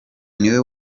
niwe